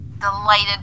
Delighted